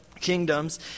kingdoms